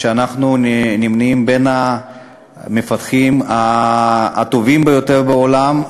כשאנחנו נמנים בין המפתחים הטובים ביותר בעולם.